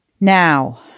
Now